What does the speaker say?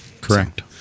Correct